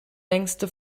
längste